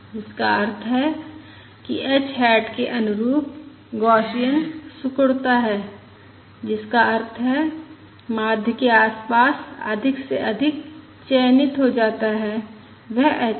जिसका अर्थ है कि h हैट के अनुरूप गौसियन सिकुड़ता है इसका अर्थ है माध्य के आसपास अधिक से अधिक चयनित हो जाता है वह h है